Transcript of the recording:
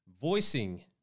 voicing